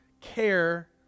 care